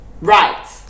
Right